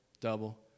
double